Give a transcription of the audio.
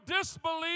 disbelief